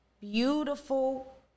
beautiful